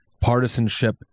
Partisanship